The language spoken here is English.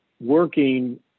working